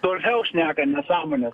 toliau šneka nesąmones